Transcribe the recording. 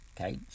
Okay